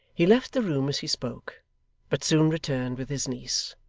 he left the room as he spoke but soon returned with his niece.